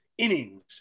innings